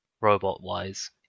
robot-wise